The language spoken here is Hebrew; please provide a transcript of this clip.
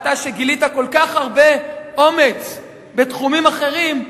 אתה שגילית כל כך הרבה אומץ בתחומים אחרים,